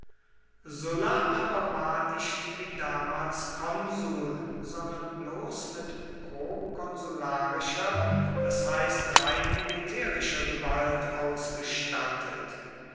sulla aber war nicht wie damals konsul sondern bloß mit prokonsularischer das heißt rein militärischer gewalt ausgestattet